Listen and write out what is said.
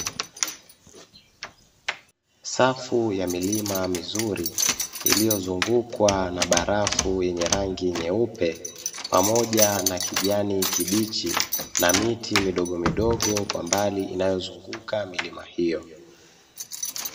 Safu ya milima mizuri iliyozungukwa na barafu yenye rangi nyeupe pamoja na kijani kibichi na miti midogo midogo kwa mbali inayozunguka milima hiyo.